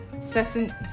certain